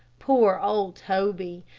poor old toby!